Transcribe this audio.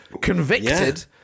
convicted